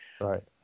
Right